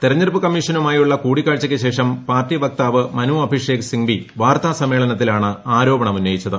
തെരഞ്ഞെട്ടുപ്പ് കമ്മീഷനുമായുള്ള കൂടിക്കാഴ്ചയ്ക്കു ശേഷം പാർട്ടിക്കുപക്താവ് മനു അഭിഷേക് സിംങ്വി വാർത്താസമ്മേളനത്തിലിൽണ് ആരോപണം ഉന്നയിച്ചത്